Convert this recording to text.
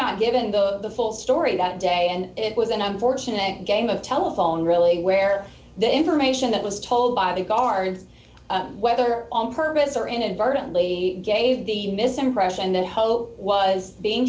not given the full story that day and it was an unfortunate game of telephone really where the information that was told by the guards whether on purpose or inadvertently gave the misimpression and then hope was being